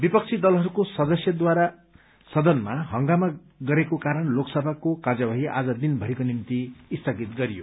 विपक्षी दलहरूको सदस्यद्वारा सदनमा हंगामा गरेको कारण लोकसभाको कार्यवाही आज दिनभरिको निम्ति स्थगित गरियो